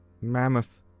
mammoth